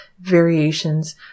variations